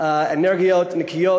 באנרגיות נקיות,